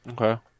okay